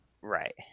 Right